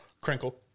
Crinkle